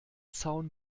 zaun